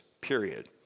Period